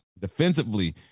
Defensively